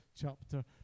chapter